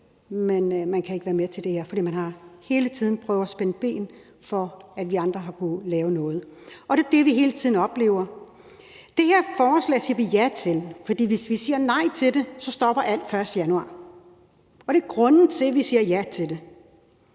det, men ikke kan være med til det her. For man har hele tiden prøvet at spænde ben for, at vi andre har kunnet lave noget. Og det er det, vi hele tiden oplever. Det her forslag siger vi ja til, for hvis vi siger nej til det, så stopper alt den 1. januar – og det er grunden til, at vi siger ja til det.